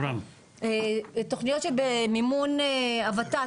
תוכניות שבמימון הות"ת,